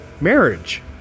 marriage